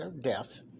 death